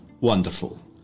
wonderful